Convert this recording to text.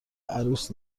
عروس